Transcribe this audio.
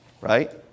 Right